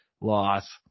loss